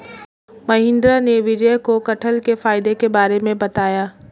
महेंद्र ने विजय को कठहल के फायदे के बारे में बताया